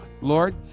Lord